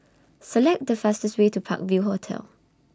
Select The fastest Way to Park View Hotel